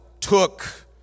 took